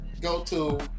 go-to